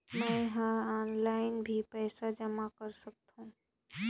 मैं ह ऑनलाइन भी पइसा जमा कर सकथौं?